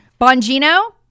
Bongino